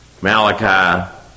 Malachi